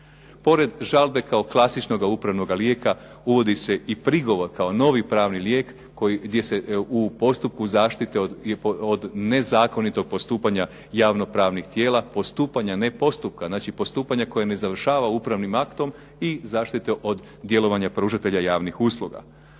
Pored žalbe kao klasičnoga upravnoga lijeka uvodi se i prigovor kao novi pravni lijek gdje se u postupku zaštite od nezakonitog postupanja javnopravnih tijela, postupanja, ne postupka, znači postupanja koje ne završava upravnim aktom i zaštite od djelovanja pružatelja javnih usluga.